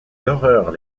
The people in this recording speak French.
d’horreur